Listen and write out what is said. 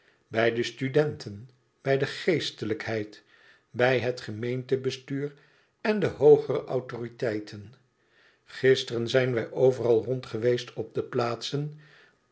bij de studenten bij de geestelijkheid bij het gemeentebestuur en de hoogere autoriteiten gisteren zijn wij overal rond geweest op de plaatsen